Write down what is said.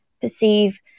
perceive